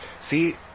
see